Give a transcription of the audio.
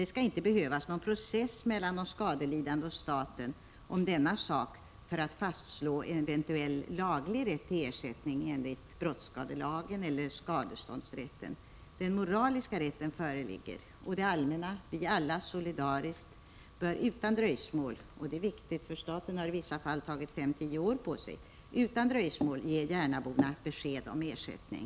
Det skall inte behövas någon process mellan de skadelidande och staten om denna sak för att fastslå en eventuell laglig rätt till ersättning enligt brottskadelagen eller skadeståndsrätten. Den moraliska rätten föreligger, och det allmänna, vi alla solidariskt, bör utan dröjsmål ge järnaborna besked om ersättning. Det är viktigt, för staten har i vissa fall kunnat ta 5-10 år på sig.